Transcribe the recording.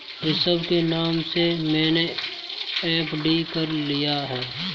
ऋषभ के नाम से मैने एफ.डी कर दिया है